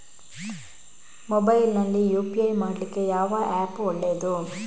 Mobile ನಲ್ಲಿ UPI ಮಾಡ್ಲಿಕ್ಕೆ ಯಾವ ಆ್ಯಪ್ ಒಳ್ಳೇದು?